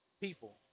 people